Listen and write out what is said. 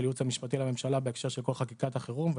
הייעוץ המשפטי לממשלה בהקשר של כל חקיקת החירום,